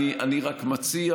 אני רק מציע